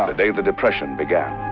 ah day the depression began